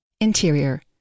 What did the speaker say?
Interior